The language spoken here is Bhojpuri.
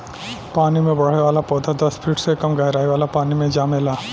पानी में बढ़े वाला पौधा दस फिट से कम गहराई वाला पानी मे जामेला